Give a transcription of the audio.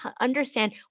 understand